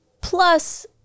Plus